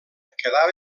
quedava